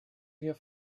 your